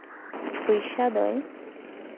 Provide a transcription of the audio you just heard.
ᱯᱚᱭᱥᱟ ᱫᱚᱭ